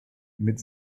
mit